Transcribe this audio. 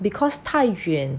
because 太远